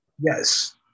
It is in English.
Yes